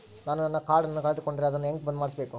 ನಾನು ನನ್ನ ಕಾರ್ಡನ್ನ ಕಳೆದುಕೊಂಡರೆ ಅದನ್ನ ಹೆಂಗ ಬಂದ್ ಮಾಡಿಸಬೇಕು?